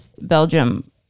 Belgium